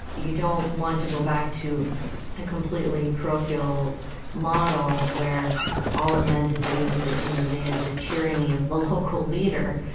you don't want to go back to a completely parochial model, where all it meant to say you had to, you know, they had the tyranny of the local leader.